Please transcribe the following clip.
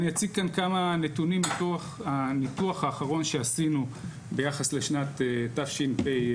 אני אציג כאן כמה נתונים מתוך הניתוח האחרון שעשינו ביחס לשנת תשפ"ב.